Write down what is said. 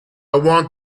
want